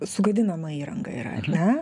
sugadinama įranga yra ar ne